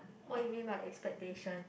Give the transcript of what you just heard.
what you mean by expectation